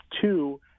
two